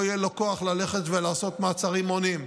לא יהיה לו כוח ללכת ולעשות מעצרים מונעים,